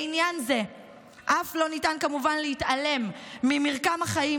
לעניין זה אף לא ניתן כמובן להתעלם ממרקם החיים,